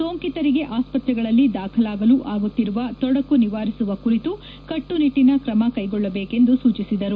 ಸೋಂಕಿತರಿಗೆ ಆಸ್ತ್ರಗಳಲ್ಲಿ ದಾಖಲಾಗಲು ಆಗುತ್ತಿರುವ ತೊಡಕು ನಿವಾರಿಸುವ ಕುರಿತು ಕಟ್ಟನಿಟ್ಟನ ಕ್ರಮ ಕೈಗೊಳ್ಳಬೇಕು ಸೂಚಿಸಿದರು